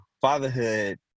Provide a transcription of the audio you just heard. fatherhood